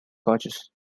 gauges